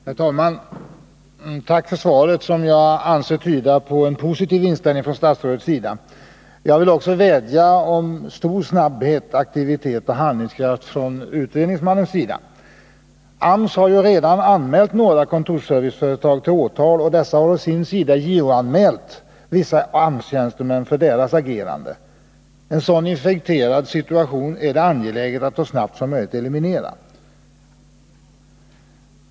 Herr talman! Tack för svaret, som jag anser tyda på en positiv inställning hos statsrådet. Jag vill också vädja om stor snabbhet, aktivitet och handlingskraft från utredningsmannens sida. AMS har redan anmält några kontorsserviceföretag till åtal, och dessa har å sin sida JO-anmält vissa AMS-tjänstemän för deras agerande. En sådan infekterad situation är det angeläget att så snabbt som möjligt eliminera.